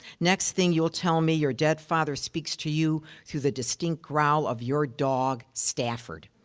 next thing you'll tell me your dead father speaks to you through the distinct growl of your dog, stafford.